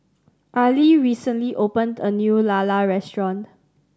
Arlie recently opened a new lala restaurant